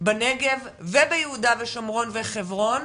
בנגב וביו"ש וחברון,